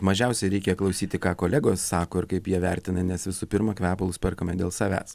mažiausiai reikia klausyti ką kolegos sako ir kaip jie vertina nes visų pirma kvepalus perkame dėl savęs